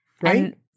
Right